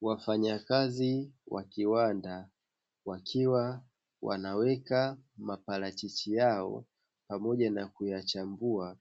Wafanyakazi wa kiwanda wakiwa wanaweka maparachichi yao pamoja na kuyachambua,